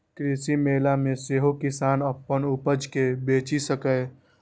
कृषि मेला मे सेहो किसान अपन उपज कें बेचि सकैए